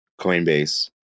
Coinbase